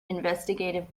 investigative